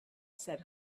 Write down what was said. said